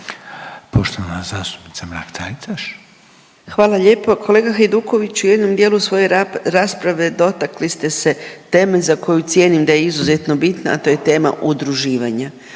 Poštovana zastupnica Mrak Taritaš. **Mrak-Taritaš, Anka (GLAS)** Hvala lijepo. U jednom dijelu svoje rasprave dotakli ste se teme za koju cijenim da je izuzetno bitna, a to je tema udruživanja.